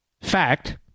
fact